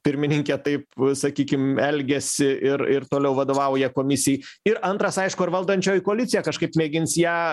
pirmininkė taip sakykim elgiasi ir ir toliau vadovauja komisijai ir antras aišku ar valdančioji koalicija kažkaip mėgins ją